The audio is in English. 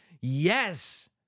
yes